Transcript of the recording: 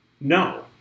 No